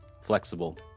flexible